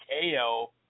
KO